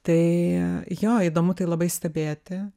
tai jo įdomu tai labai stebėti